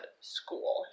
school